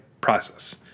process